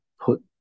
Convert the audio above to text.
put